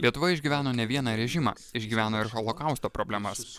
lietuva išgyveno ne vieną režimą išgyveno ir holokausto problemas